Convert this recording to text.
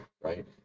Right